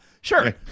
sure